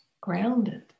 grounded